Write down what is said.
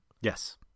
yes